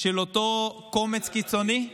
של אותו קומץ קיצוני,